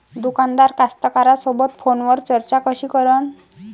दुकानदार कास्तकाराइसोबत फोनवर चर्चा कशी करन?